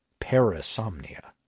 parasomnia